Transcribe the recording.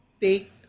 take